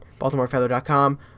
baltimorefeather.com